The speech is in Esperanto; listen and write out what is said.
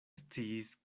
sciis